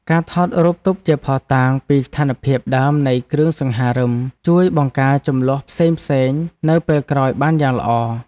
ការថតរូបទុកជាភស្តុតាងពីស្ថានភាពដើមនៃគ្រឿងសង្ហារិមជួយបង្ការជម្លោះផ្សេងៗនៅពេលក្រោយបានយ៉ាងល្អ។